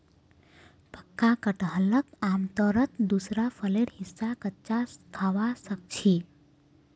पक्का कटहलक आमतौरत दूसरा फलेर हिस्सा कच्चा खबा सख छि